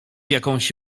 jakąś